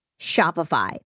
Shopify